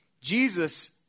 Jesus